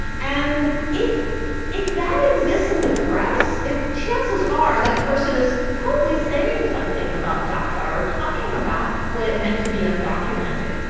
and if if that existed in the press, chances are that person is probably saying something about daca or talking about what it meant to be undocumented.